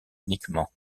uniquement